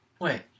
wait